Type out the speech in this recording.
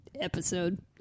episode